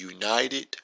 United